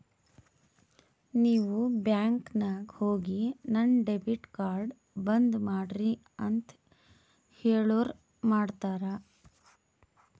ನೀವ್ ಬ್ಯಾಂಕ್ ನಾಗ್ ಹೋಗಿ ನನ್ ಡೆಬಿಟ್ ಕಾರ್ಡ್ ಬಂದ್ ಮಾಡ್ರಿ ಅಂತ್ ಹೇಳುರ್ ಮಾಡ್ತಾರ